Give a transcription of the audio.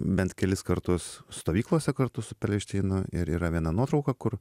bent kelis kartus stovyklose kartu su perelšteinu ir yra viena nuotrauka kur